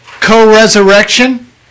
co-resurrection